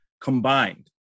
combined